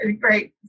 great